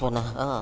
पुनः